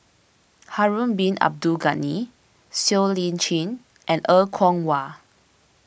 Harun Bin Abdul Ghani Siow Lee Chin and Er Kwong Wah